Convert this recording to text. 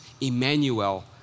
Emmanuel